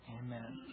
amen